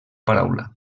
paraula